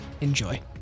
Enjoy